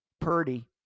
Purdy